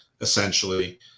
Essentially